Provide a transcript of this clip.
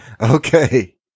Okay